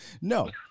No